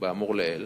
האמור לעיל